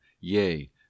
yea